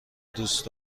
دوست